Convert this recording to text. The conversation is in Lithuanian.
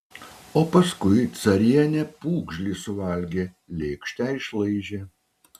o paskui carienė pūgžlį suvalgė lėkštę išlaižė